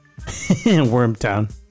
Wormtown